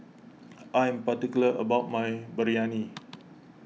I am particular about my Biryani